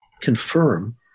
confirm